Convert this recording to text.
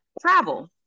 travel